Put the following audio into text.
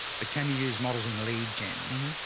but can you use models in lead gen?